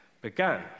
began